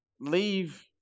leave